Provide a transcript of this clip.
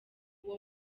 uwo